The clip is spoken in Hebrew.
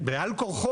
בעל כורכה